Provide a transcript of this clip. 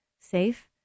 safe